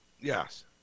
Yes